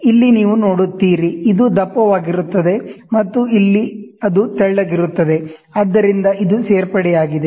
ಇಲ್ಲಿ ನೀವು ನೋಡುತ್ತೀರಿ ಇದು ದಪ್ಪವಾಗಿರುತ್ತದೆ ಮತ್ತು ಇಲ್ಲಿ ಅದು ತೆಳ್ಳಗಿರುತ್ತದೆ ಆದ್ದರಿಂದ ಇದು ಸೇರ್ಪಡೆಯಾಗಿದೆ